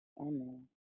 Amen